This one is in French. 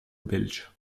belge